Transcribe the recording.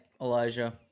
Elijah